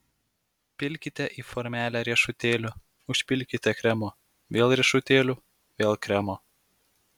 pilkite į formelę riešutėlių užpilkite kremo vėl riešutėlių vėl kremo